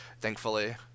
thankfully